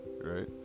right